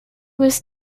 was